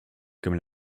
comme